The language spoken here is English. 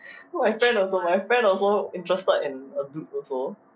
my friend also my friend also interested in a dude also